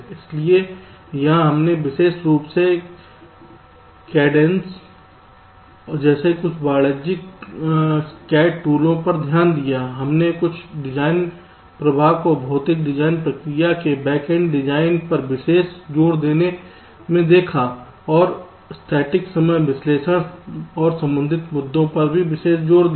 इसलिए यहां हमने विशेष रूप से कैडेंस जैसे कुछ वाणिज्यिक CAD टूलों पर ध्यान दिया है हमने कुछ डिज़ाइन प्रवाह को भौतिक डिज़ाइन प्रक्रिया के बैकएंड डिज़ाइन पर विशेष जोर देने में देखा और स्थैतिक समय विश्लेषण और संबंधित मुद्दों पर भी विशेष जोर दिया